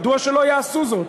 מדוע שלא יעשו זאת?